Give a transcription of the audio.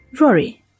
Rory